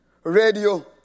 Radio